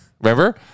Remember